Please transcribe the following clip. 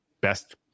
best